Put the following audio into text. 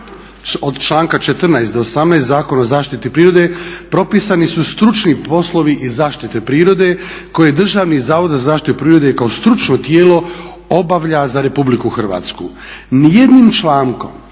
Od članka 14. do 18. Zakona o zaštiti prirode propisani su stručni poslovi i zaštite prirode koje Državni zavod za zaštitu prirode kao stručno tijelo obavlja za Republiku Hrvatsku. Ni jednim člankom,